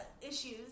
issues